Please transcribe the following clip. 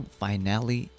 finale